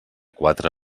quatre